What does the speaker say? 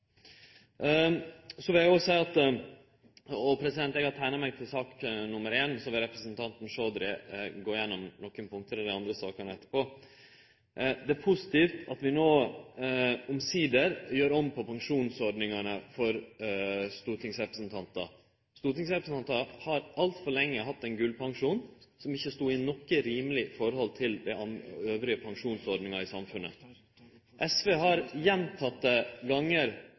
så vil representanten Chaudhry gå igjennom nokre punkt i dei andre sakene etterpå. Det er positivt at vi no omsider gjer om på pensjonsordningane for stortingsrepresentantar. Stortingsrepresentantar har altfor lenge hatt ein gullpensjon som ikkje stod i noko rimeleg forhold til andre pensjonsordningar i samfunnet. SV har gjentekne gonger,